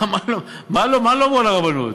מה לא אמרו על הרבנות?